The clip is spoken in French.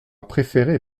préférée